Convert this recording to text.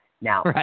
Now